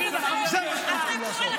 זה מה שאתם צריכים לעשות.